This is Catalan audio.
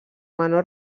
menor